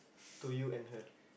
to you and her